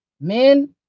Men